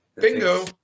Bingo